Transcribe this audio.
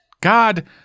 God